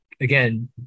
again